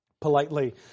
politely